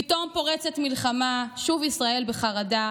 // פתאום פורצת מלחמה / שוב ישראל בחרדה.